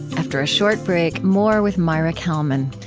after a short break, more with maira kalman.